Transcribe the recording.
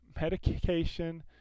medication